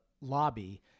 lobby